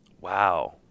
Wow